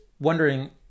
wondering